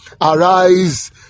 arise